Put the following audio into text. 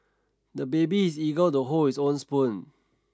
the baby is eager to hold his own spoon